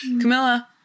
Camilla